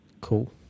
Cool